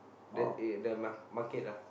the eh the mar~ market ah